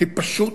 היא פשוט